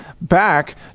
back